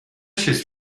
چیز